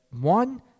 one